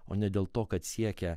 o ne dėl to kad siekia